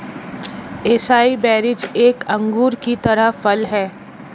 acai berries एक अंगूर की तरह फल हैं